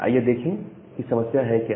आइए देखते हैं यह समस्या क्या है